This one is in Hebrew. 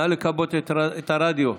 נא לכבות את הרדיו.